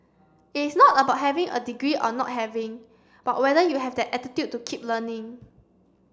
it's not about having a degree or not having but whether you have that attitude to keep learning